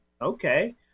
Okay